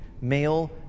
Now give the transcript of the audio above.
male